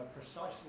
precisely